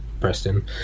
Preston